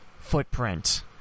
footprint